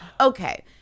Okay